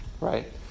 right